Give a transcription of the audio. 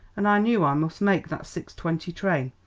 and i knew i must make that six-twenty train,